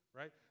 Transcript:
right